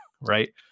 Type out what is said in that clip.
right